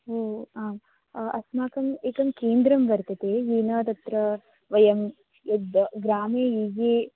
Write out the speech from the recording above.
ओ आम् अस्माकम् एकं केन्द्रं वर्तते विना तत्र वयं यद् ग्रामे ये